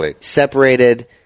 separated